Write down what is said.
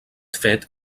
fet